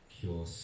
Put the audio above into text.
cure